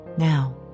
Now